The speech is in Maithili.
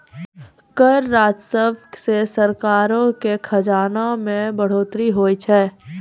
कर राजस्व से सरकारो के खजाना मे बढ़ोतरी होय छै